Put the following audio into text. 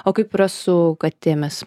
o kaip yra su katėmis